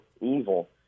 evil